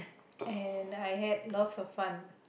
and I had lots of fun